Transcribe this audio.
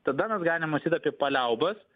tada mes galim mąstyt apie paliaubas